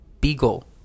Beagle